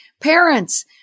parents